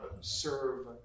serve